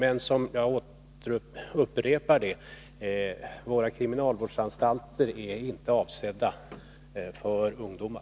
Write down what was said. Men — jag upprepar det — våra kriminalvårdsanstalter är inte avsedda för ungdomar.